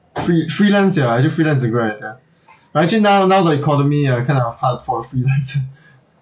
free~ freelance ya I think freelance is a good idea but actually now now the economy ah it kind of hard for freelancer